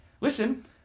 Listen